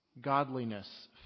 godliness